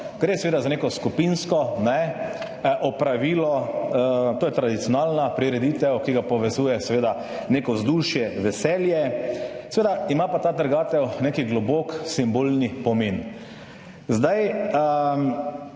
Gre seveda za neko skupinsko opravilo. To je tradicionalna prireditev, ki jo povezuje seveda neko vzdušje, veselje. Seveda ima pa ta trgatev nek globok simbolni pomen. Ne